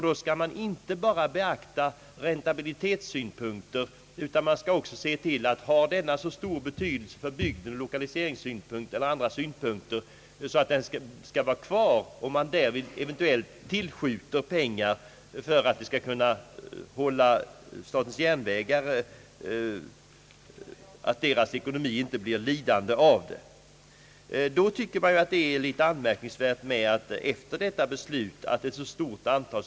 Då skall man inte bara beakta räntabilitetssynpunkter. Ty har en station ur 1lokaliseringssynpunkt eller andra synpunkter så stor betydelse för bygden att den bör vara kvar, skall man också se till att medel eventuellt tillskjuts så att statens järnvägars ekonomi inte blir lidande. Jag tycker då att det är anmärkningsvärt att ett så stort antal stationer efter detta beslut har indragits den 12 maj.